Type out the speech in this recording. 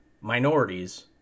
minorities